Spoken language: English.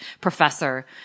professor